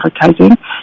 advertising